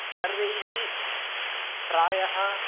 सर्वैः प्रायः